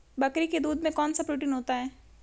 बकरी के दूध में कौनसा प्रोटीन होता है?